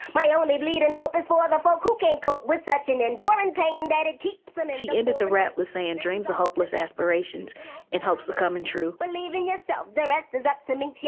my only bleed and hope but for the folk who can cope with that and enduring pain that and keep them she entered. the rat was saying dreams are hopeless, aspirations and hopes of coming true believing is the director. that to me yeah